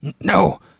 No